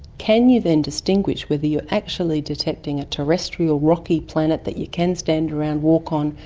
can you then distinguish whether you're actually detecting a terrestrial rocky planet that you can stand around, walk on,